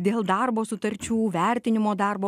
dėl darbo sutarčių vertinimo darbo